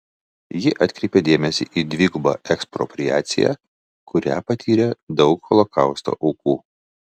ji atkreipė dėmesį į dvigubą ekspropriaciją kurią patyrė daug holokausto aukų